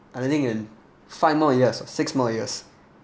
I think in five more years or six more years